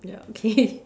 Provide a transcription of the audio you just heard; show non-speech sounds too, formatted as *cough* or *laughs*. ya okay *laughs*